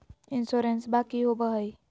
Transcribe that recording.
इंसोरेंसबा की होंबई हय?